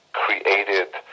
created